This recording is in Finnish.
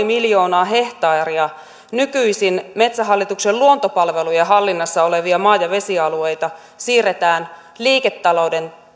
miljoonaa hehtaaria nykyisin metsähallituksen luontopalvelujen hallinnassa olevia maa ja vesialueita siirretään liiketalouden